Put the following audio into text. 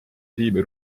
tiimi